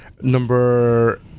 Number